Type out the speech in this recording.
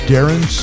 Darren